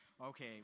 Okay